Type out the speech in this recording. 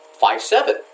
Five-seven